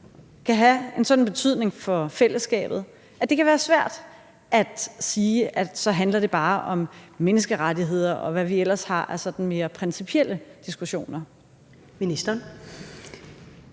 kan have en sådan betydning for fællesskabet, at det kan være svært at sige, at det så bare handler om menneskerettigheder, og hvad vi ellers har af sådan mere principielle diskussioner?